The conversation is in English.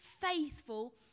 faithful